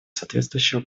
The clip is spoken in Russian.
соответствующего